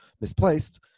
misplaced